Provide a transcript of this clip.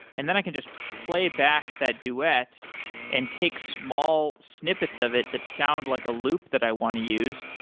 and then, i can just play back that duet and take small snippets of it that sound like a loop that i want to use,